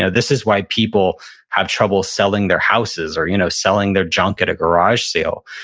yeah this is why people have trouble selling their houses or you know selling their junk at a garage sale,